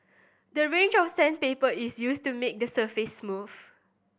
the range of sandpaper is used to make the surface smooth